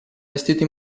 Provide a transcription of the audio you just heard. vestito